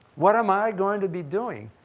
what am i going to be doing?